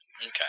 okay